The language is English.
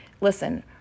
Listen